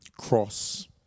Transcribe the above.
cross